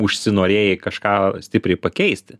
užsinorėjai kažką stipriai pakeisti